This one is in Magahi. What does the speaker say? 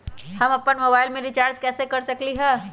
हम अपन मोबाइल में रिचार्ज कैसे कर सकली ह?